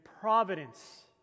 providence